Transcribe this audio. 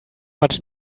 much